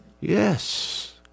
Yes